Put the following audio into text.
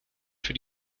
für